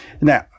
now